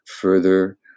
further